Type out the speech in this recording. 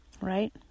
right